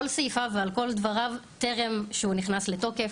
סעיפיו ועל כל דבריו טרם שהוא נכנס לתוקף,